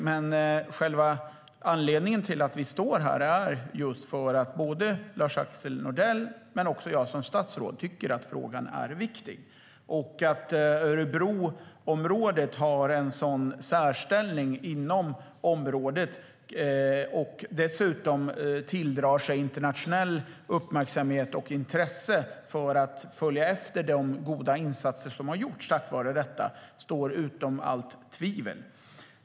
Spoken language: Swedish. Men själva anledningen till att vi står här är att både Lars-Axel Nordell och jag som statsråd tycker att frågan är viktig. Att Örebroområdet har en särställning och dessutom internationellt tilldrar sig uppmärksamhet och intresse för att följa efter de goda insatser som gjorts står utom allt tvivel.